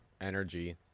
energy